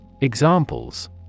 Examples